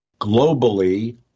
Globally